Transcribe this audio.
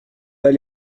pas